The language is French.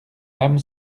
âme